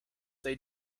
they